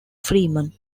freeman